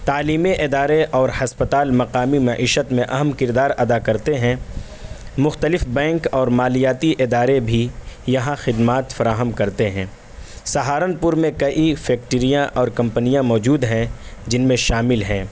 تعلیمی ادارے اور ہسپتال مقامی معیشت میں اہم کردار ادا کرتے ہیں مختلف بینک اور مالیاتی ادارے بھی یہاں خدمات فراہم کرتے ہیں سہارنپور میں کئی فیکٹریاں اور کمپنیاں موجود ہیں جن میں شامل ہیں